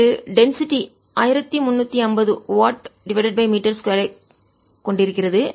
இது டென்சிட்டி அடர்த்தி 1350 watt metre 2 கொண்டிருக்கிறது